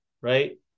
right